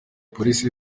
police